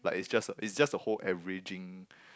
but it's just a just a whole averaging